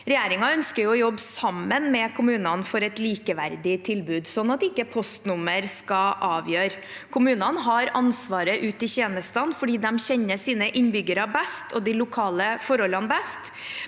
Regjeringen ønsker å jobbe sammen med kommunene for et likeverdig tilbud, slik at ikke postnummer skal avgjøre. Kommunene har ansvaret ute i tjenestene fordi de kjenner sine innbyggere og de lokale forholdene best,